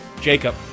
Jacob